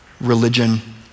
religion